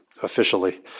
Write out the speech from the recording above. officially